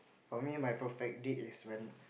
for me my perfect date is when